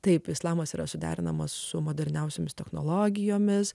taip islamas yra suderinamas su moderniausiomis technologijomis